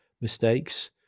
mistakes